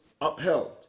upheld